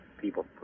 people